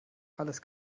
alles